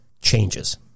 changes